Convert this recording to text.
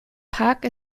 park